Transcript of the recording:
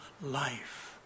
life